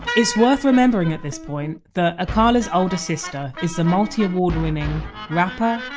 it's worth remembering at this point that akala's older sister is the multi award winning rapper,